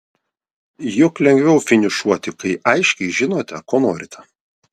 juk lengviau finišuoti kai aiškiai žinote ko norite